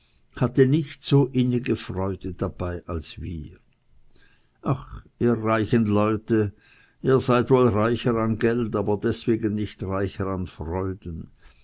hatte nicht so innige freude dabei als wir ach ihr reichen leute ihr seid wohl reicher an geld aber deswegen nicht reicher an freuden